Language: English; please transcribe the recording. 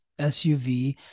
SUV